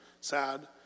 sad